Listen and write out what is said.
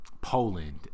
Poland